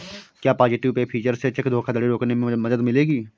क्या positive pay feature से check धोखाधड़ी रोकने में मदद मिलेगी?